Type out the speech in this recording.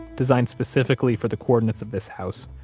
designed specifically for the coordinates of this house.